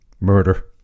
murder